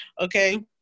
okay